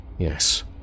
Yes